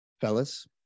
Fellas